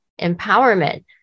empowerment